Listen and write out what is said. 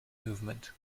movement